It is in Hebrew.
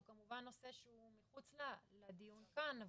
הוא כמובן נושא שהוא מוצדק לדיון כאן,